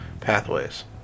Pathways